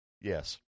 Yes